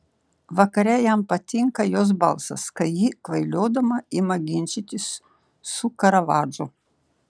vakare jam patinka jos balsas kai ji kvailiodama ima ginčytis su karavadžu